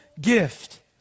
gift